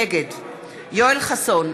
נגד יואל חסון,